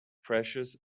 precious